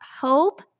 Hope